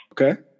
Okay